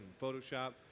Photoshop